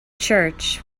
church